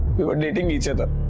we were dating each other.